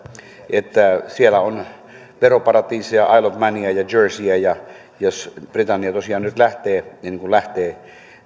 että siellä on veroparatiisia isle of mania ja jerseytä ja jos britannia tosiaan nyt lähtee niin kuin lähtee